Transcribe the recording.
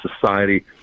society